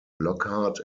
lockhart